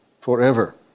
forever